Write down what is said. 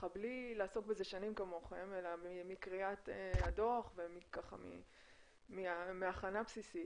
בלי לעסוק בזה שנים כמוכם אלא מקריאת הדו"ח ומהכנה בסיסית,